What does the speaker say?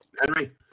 Henry